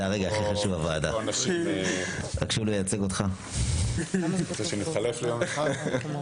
אני זמין אם צריך.